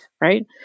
right